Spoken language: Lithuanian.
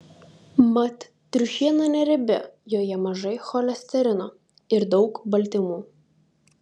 mat triušiena neriebi joje mažai cholesterino ir daug baltymų